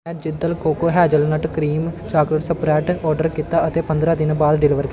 ਮੈਂ Jindal cocoa hazelnut cream chocolate spread order ਕੀਤਾ ਅਤੇ ਚੌਦਾਂ ਦਿਨਾਂ ਬਾਅਦ ਡਿਲੀਵਰ